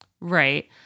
Right